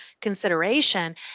consideration